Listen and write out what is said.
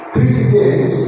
Christians